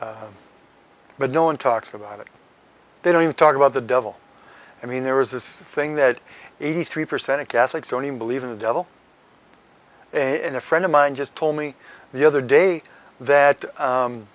but no one talks about it they don't talk about the devil i mean there was this thing that eighty three percent of catholics don't even believe in the devil and a friend of mine just told me the other day that